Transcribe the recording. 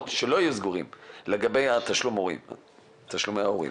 שלא יהיו סגורים לגבי תשלומי הורים.